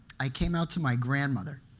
i came out to my grandmother.